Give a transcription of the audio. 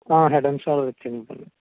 head and shoulder ఇచ్చేయండి పర్లేదు